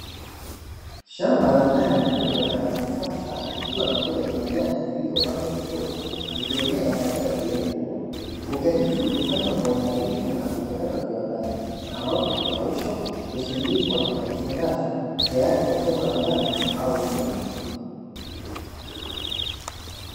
Shamba la ndani kubwa na la kisasa likiwa na mboga za majani zilizopandwa vizuri zikienea katika sehemu kubwa. Mboga hizi hukusanywa kwa uangalifu na kuchakatwa kiwandani ambapo hukaushwa, husindikwa, na kufungashwa tayari kwa soko la ndani au nje ya nchi.